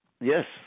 Yes